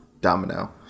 Domino